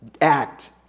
act